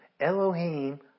Elohim